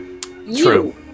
True